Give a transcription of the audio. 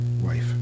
wife